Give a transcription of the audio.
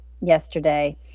yesterday